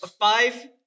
Five